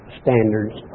standards